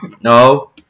No